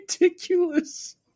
ridiculous